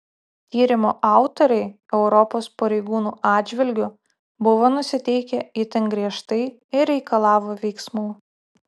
tyrimo autoriai europos pareigūnų atžvilgiu buvo nusiteikę itin griežtai ir reikalavo veiksmų